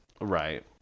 Right